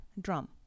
drum